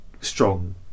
strong